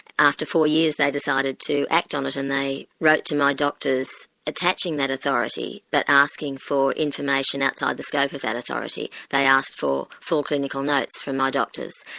after four years they decided to act on it and they wrote to my doctors attaching that authority but asking for information outside the scope of that authority. they asked for full clinical notes from my doctors,